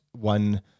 one